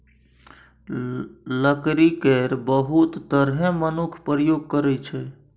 लकड़ी केर बहुत तरहें मनुख प्रयोग करै छै